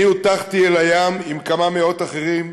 אני הוטחתי אל הים עם כמה מאות אחרים.